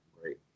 great